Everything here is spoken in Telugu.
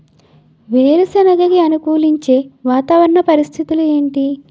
వేరుసెనగ కి అనుకూలించే వాతావరణ పరిస్థితులు ఏమిటి?